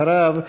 אחריו,